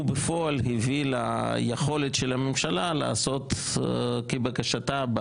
הוא בפועל הביא ליכולת של הממשלה לעשות כבקשתה -- טוב.